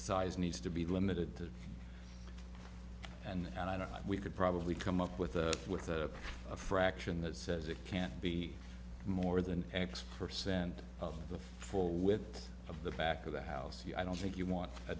size needs to be limited to and i know we could probably come up with a with a fraction that says it can't be more than x percent of the full width of the back of the house the i don't think you want a